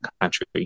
country